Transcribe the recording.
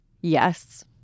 Yes